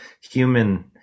human